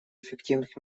эффективных